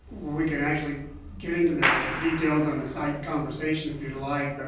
we can actually get into the details in a side conversation if you'd like, but